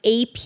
AP